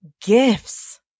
gifts